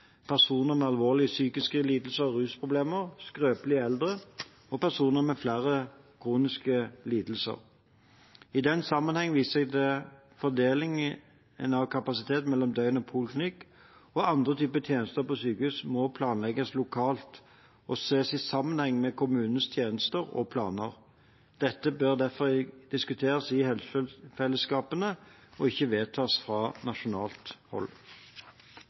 personer med alvorlige psykiske lidelser og rusproblemer, skrøpelige eldre og personer med flere kroniske lidelser. I den sammenheng viser jeg til at fordelingen av kapasitet mellom døgn- og poliklinikk og andre typer tjenester må planlegges lokalt og ses i sammenheng med kommunenes tjenester og planer. Dette bør derfor diskuteres i helsefellesskapene og ikke vedtas fra nasjonalt hold.